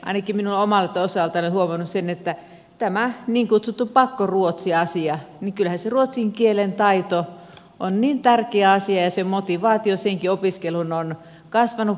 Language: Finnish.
ainakin minun omalta osaltani olen huomannut tästä niin kutsutusta pakkoruotsiasiasta että kyllähän se ruotsin kielen taito on tärkeä asia ja se motivaatio senkin opiskeluun on kasvanut paljon